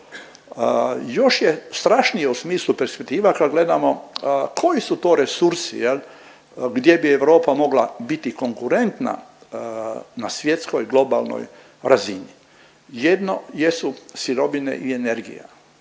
Još je strašnije u smislu perspektiva kad gledamo koji su to resursi jel gdje bi Europa mogla biti konkurentna na svjetskoj globalnoj razini. Jedno jesu sirovine i energija,